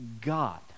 God